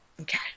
Okay